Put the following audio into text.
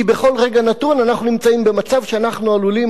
כי בכל רגע נתון אנחנו נמצאים במצב שאנחנו עלולים